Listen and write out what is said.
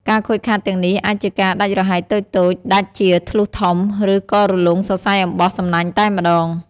ការខូចខាតទាំងនេះអាចជាការដាច់រហែកតូចៗ ដាច់ជាធ្លុះធំ ឬក៏រលុងសរសៃអំបោះសំណាញ់តែម្ដង។